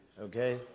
Okay